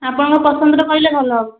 ଆପଣଙ୍କ ପସନ୍ଦର କହିଲେ ଭଲ ହେବ